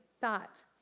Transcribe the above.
thought